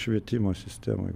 švietimo sistemoj